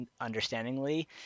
understandingly